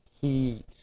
heat